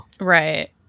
Right